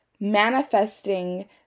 manifesting